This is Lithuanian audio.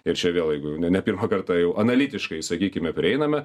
ir čia vėl jeigu ne pirmą kartą jau analitiškai sakykime prieiname